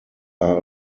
are